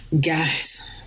guys